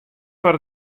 foar